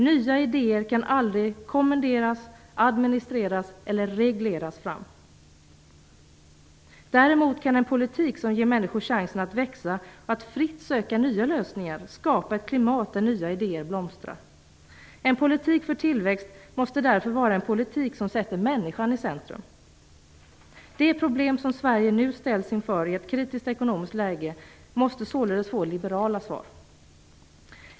Nya idéer kan aldrig kommenderas, administreras eller regleras fram. Däremot kan en politik som ger människor chansen att växa och att fritt söka nya lösningar skapa ett klimat där nya idéer blomstrar. En politik för tillväxt måste därför vara en politik som sätter människan i centrum. De problem som Sverige nu ställs inför i ett kritiskt ekonomiskt läge måste således få liberala svar.